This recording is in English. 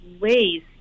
ways